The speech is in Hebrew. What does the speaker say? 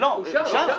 אושר.